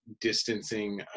distancing